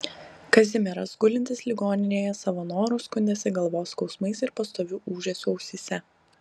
kazimieras gulintis ligoninėje savo noru skundėsi galvos skausmais ir pastoviu ūžesiu ausyse